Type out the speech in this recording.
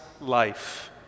life